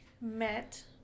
met